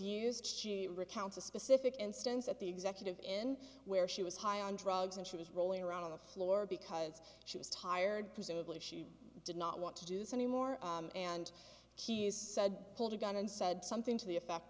used she recounts a specific instance at the executive in where she was high on drugs and she was rolling around on the floor because she was tired presumably she did not want to do is any more and she is said hold a gun and said something to the effect